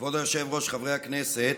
כבוד היושב-ראש, חברי הכנסת,